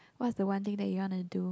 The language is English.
what's the one thing that you wanna do